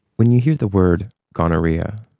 when you hear the word gonorrhoea,